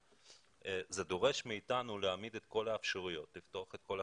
זה דורש מאתנו להעמיד את כל האפשרויות לפתוח את כל החסמים,